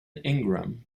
ingram